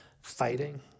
fighting